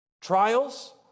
trials